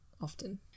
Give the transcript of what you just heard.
often